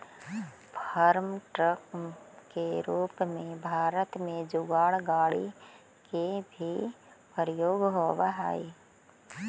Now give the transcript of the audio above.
farm truck के रूप में भारत में जुगाड़ गाड़ि के भी प्रयोग होवऽ हई